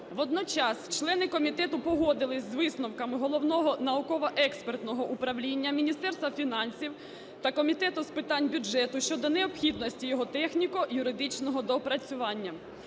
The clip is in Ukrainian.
Водночас члени комітету погодились з висновками Головного науково-експертного управління, Міністерства фінансів та комітету з питань бюджету щодо необхідності його техніко-юридичного доопрацювання.